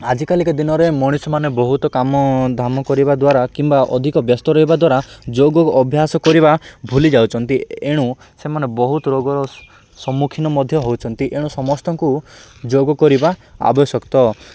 ଆଜିକାଲିକା ଦିନରେ ମଣିଷମାନେ ବହୁତ କାମ ଧାମ କରିବା ଦ୍ୱାରା କିମ୍ବା ଅଧିକ ବ୍ୟସ୍ତ ରହିବା ଦ୍ୱାରା ଯୋଗ ଅଭ୍ୟାସ କରିବା ଭୁଲି ଯାଉଛନ୍ତି ଏଣୁ ସେମାନେ ବହୁତ ରୋଗର ସମ୍ମୁଖୀନ ମଧ୍ୟ ହେଉଛନ୍ତି ଏଣୁ ସମସ୍ତଙ୍କୁ ଯୋଗ କରିବା ଆବଶ୍ୟକ